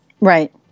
right